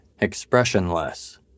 expressionless